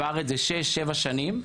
בארץ זה שש-שבע שנים.